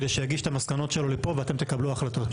כדי שיגיש את המסקנות שלו לפה ואתם תקבלו החלטות.